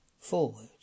forward